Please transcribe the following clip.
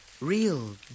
real